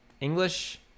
English